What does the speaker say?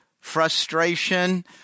frustration